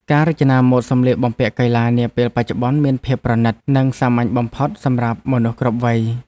ការរចនាម៉ូដសម្លៀកបំពាក់កីឡានាពេលបច្ចុប្បន្នមានភាពប្រណីត និងសាមញ្ញបំផុតសម្រាប់មនុស្សគ្រប់វ័យ។